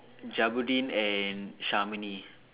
Jabudeen and Shamini